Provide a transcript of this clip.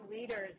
leaders